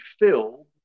filled